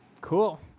Cool